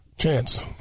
Chance